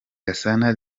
gasana